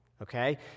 Okay